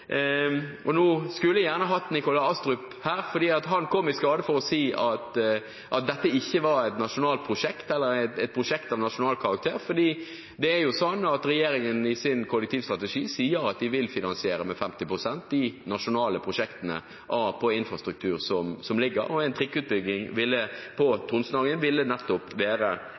Og nå skulle jeg gjerne hatt Nikolai Astrup her, for han kom i skade for å si at dette ikke var et nasjonalt prosjekt eller et prosjekt av nasjonal karakter. For det er sånn at regjeringen i sin kollektivstrategi sier at de vil finansiere med 50 pst. de nasjonale prosjektene på infrastruktur som foreligger, og en trikkeutbygging til Tonsenhagen ville nettopp være